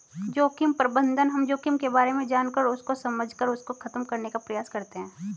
जोखिम प्रबंधन हम जोखिम के बारे में जानकर उसको समझकर उसको खत्म करने का प्रयास करते हैं